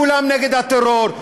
כולם נגד הטרור,